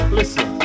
Listen